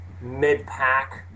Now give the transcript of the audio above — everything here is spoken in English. mid-pack